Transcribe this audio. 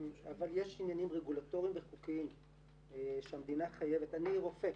אבל יש עניינים רגולטוריים וחוקיים שהמדינה חייבת אני רופא,